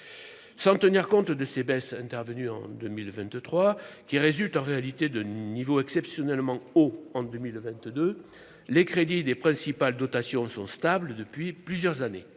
sans tenir compte de ces baisses intervenues en 2023 qui résulte en réalité de niveau exceptionnellement haut en 2022 les crédits des principales dotations sont stables depuis plusieurs années,